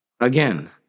Again